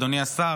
אדוני השר,